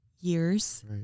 years